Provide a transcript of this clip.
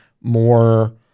more